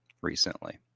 recently